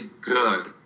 good